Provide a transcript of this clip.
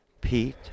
Pete